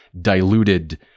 diluted